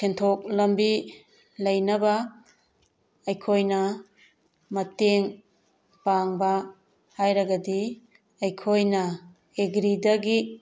ꯁꯦꯟꯊꯣꯛ ꯂꯝꯕꯤ ꯂꯩꯅꯕ ꯑꯩꯈꯣꯏꯅ ꯃꯇꯦꯡ ꯄꯥꯡꯕ ꯍꯥꯏꯔꯒꯗꯤ ꯑꯩꯈꯣꯏꯅ ꯑꯦꯒ꯭ꯔꯤꯗꯒꯤ